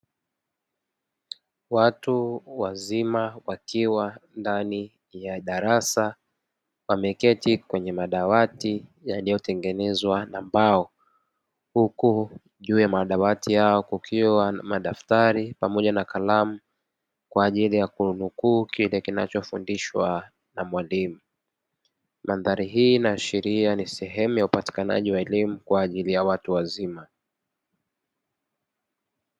Watu wazima wakiwa ndani ya darasa wameketi kwenye madawati yaliyotengenezwa na mbao, huku juu ya madawati hayo kukiwa na madaftari pamoja na kalamu kwa ajili ya kunukuu kile kinachofundishwa na mwalimu. Mandhari hii inaashiria ni sehemu ya upatikaji wa elimu kwa ajili ya watu wazima.